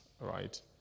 right